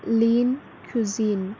lean cuisine